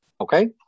okay